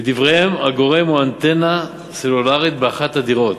לדבריהם, הגורם הוא אנטנה סלולרית באחת הדירות.